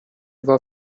war